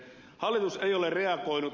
hallitus ei ole reagoinut